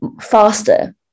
faster